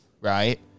right